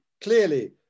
Clearly